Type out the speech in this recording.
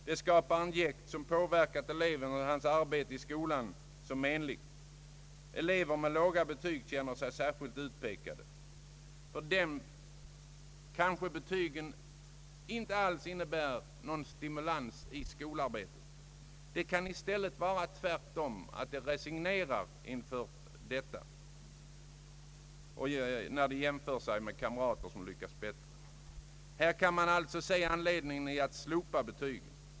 De skapar ett jäkt som menligt påverkar eleven i hans arbete i skolan. Elever med låga betyg känner sig särskilt utpekade. För dem kanske betygen kanske inte alls innebär någon stimulans i skolarbetet. Det kan i stället vara tvärtom — de resignerar när de jämför sig med kamrater som lyckas bättre. Här kan man alltså se en anledning att slopa betygen.